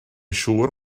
siŵr